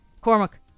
Cormac